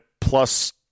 plus